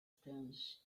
strange